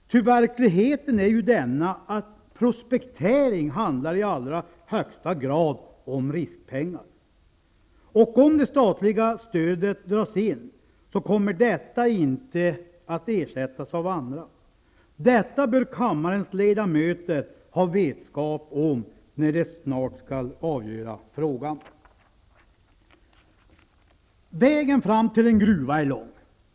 Verkligheten är ju den att prospektering i allra högsta grad handlar om riskpengar. Om det statliga stödet dras in kommer det inte att ersättas av andra. Detta bör kammarens ledamöter ha vetskap om när de snart skall avgöra frågan. Vägen fram till en gruva är lång.